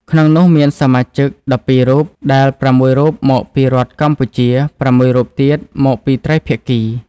ក្នុងនោះមានសមាជិក១២រូប ដែល៦រូបមកពីរដ្ឋកម្ពុជា ៦រូបទៀតមកពីត្រីភាគី។